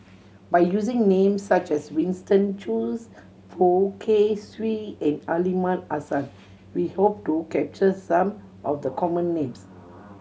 by using names such as Winston Choos Poh Kay Swee and Aliman Assan we hope to capture some of the common names